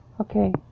okay